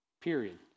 period